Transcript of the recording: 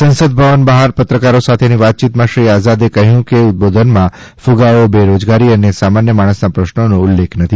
સંસદ ભવન બહાર પત્રકારો સાથેની વાતચીતમાં શ્રી આઝાદે કક્યું કે ઉદબોધનમાં કુગાવો બેરોજગારી અને સામાન્ય માણસના પ્રશ્રોનો ઉલ્લેખ નથી